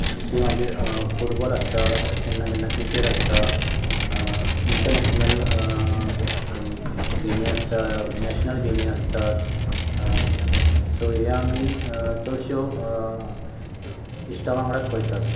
ती मागीर फुटबाॅल आसता केन्ना केन्ना क्रिकेट आसता इंटरनॅशनल गेमी आसतात नॅशनल गेमी आसता सो हे आमी चडश्यो इश्टा वांगडात पळयतात